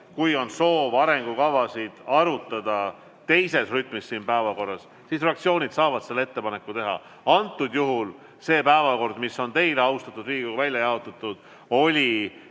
kui on soov arengukavasid arutada teises rütmis, kui on kirjas siin päevakorras, siis fraktsioonid saavad selle ettepaneku teha. Antud juhul see päevakord, mis on teile, austatud Riigikogu, välja jaotatud, oli